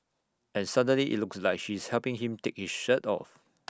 and suddenly IT looks like she's helping him take his shirt off